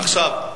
עכשיו,